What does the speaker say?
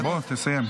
תסיים.